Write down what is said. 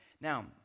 Now